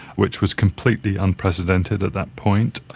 which was completely unprecedented at that point.